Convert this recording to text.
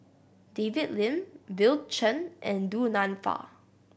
David Lim Bill Chen and Du Nanfa